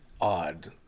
odd